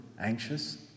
anxious